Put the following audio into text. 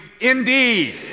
Indeed